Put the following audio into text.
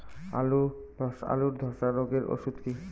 আলুর ধসা রোগের ওষুধ কি?